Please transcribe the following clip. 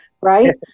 Right